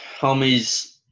homies